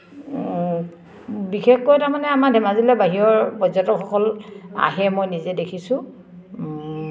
বিশেষকৈ তাৰমানে আমাৰ ধেমাজিলৈ বাহিৰৰ পৰ্যটকসকল আহে মই নিজে দেখিছোঁ